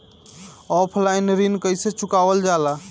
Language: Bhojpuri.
ऑफलाइन ऋण कइसे चुकवाल जाला?